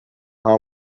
how